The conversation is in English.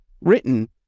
written